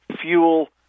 fuel